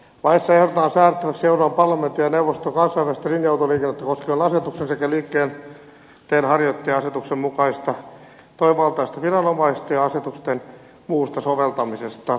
laissa ehdotetaan säädettäväksi euroopan parlamentin ja neuvoston kansainvälistä linja autoliikennettä koskevan asetuksen sekä liikenteenharjoittaja asetuksen mukaisista toimivaltaisista viranomaisista ja asetusten muusta soveltamisesta